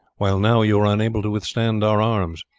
while now you are unable to withstand our arms.